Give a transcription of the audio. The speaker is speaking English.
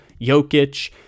Jokic